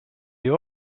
you